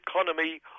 economy